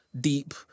deep